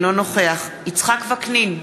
אינו נוכח יצחק וקנין,